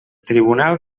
tribunal